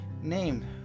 name